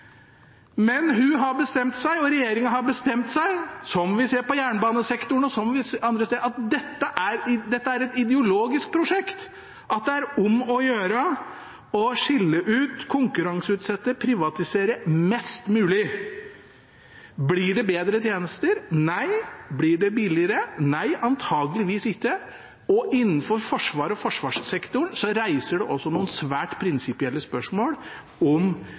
Men hun har bestemt seg, og regjeringen har bestemt seg – som vi ser både på jernbanesektoren og andre steder. Dette er et ideologisk prosjekt. Det er om å gjøre å skille ut, konkurranseutsette og privatisere mest mulig. Blir det bedre tjenester? Nei. Blir det billigere? Nei, antageligvis ikke. Innenfor Forsvaret og forsvarssektoren reiser det også noen svært prinsipielle spørsmål om